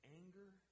anger